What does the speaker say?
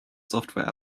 software